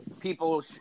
people